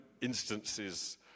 instances